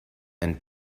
and